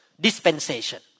dispensation